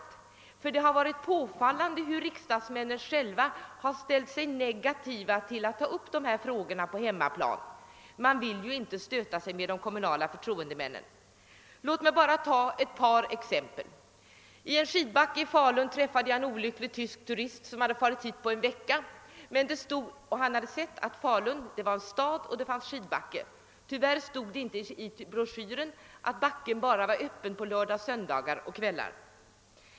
Det har nämligen varit påfallande hur riksdagsmännen har ställt sig negativa till att ta upp dessa frågor på hemmaplan; man vill ju inte stöta sig med de kommunala förtroendemännen. Men låt mig bara ge ett par exempel! I en skidbacke i Falun träffade jag en olycklig tysk turist, som hade rest dit på en vecka. Han hade läst att Falun var en stad och att där fanns en skidbacke. Tyvärr stod det inte i broschyren att backen var öppen bara på lördagar, söndagar och kvällar.